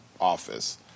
office